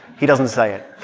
he doesn't say it